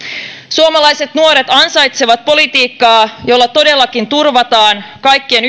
suomalaiset nuoret ansaitsevat politiikkaa jolla todellakin turvataan kaikkien